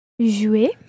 Jouer